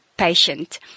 Patient